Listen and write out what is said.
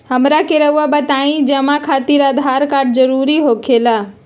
हमरा के रहुआ बताएं जमा खातिर आधार कार्ड जरूरी हो खेला?